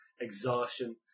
exhaustion